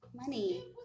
money